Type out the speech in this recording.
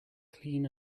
clean